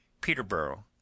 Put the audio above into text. Peterborough